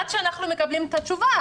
עד שאנחנו מקבלים את התשובה,